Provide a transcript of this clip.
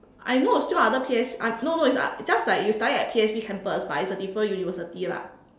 I know still other P_S I no no it's oth~ just like you study at P_S_B campus but it's a different university lah